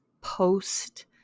post